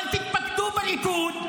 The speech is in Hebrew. אבל תתפקדו לליכוד,